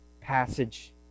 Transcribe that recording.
passage